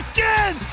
Again